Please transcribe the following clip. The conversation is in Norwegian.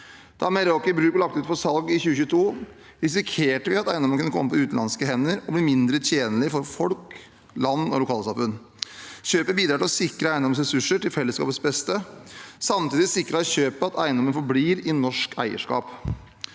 Da Meraker Brug ble lagt ut for salg i 2022, risikerte vi at eiendommen kunne komme på utenlandske hender og bli mindre tilgjengelig for folk, land og lokalsamfunn. Kjøpet bidrar til å sikre eiendommens ressurser til fellesskapets beste. Samtidig sikret kjøpet at eiendommen forblir i norsk eierskap.